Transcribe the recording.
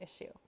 issue